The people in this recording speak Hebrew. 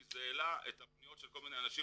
כי זה העלה את הפניות של כל מיני אנשים